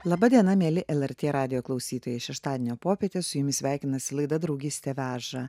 laba diena mieli lrt radijo klausytojai šeštadienio popietę su jumis sveikinasi laida draugystė veža